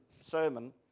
sermon